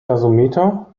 gasometer